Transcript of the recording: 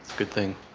good thing.